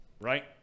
right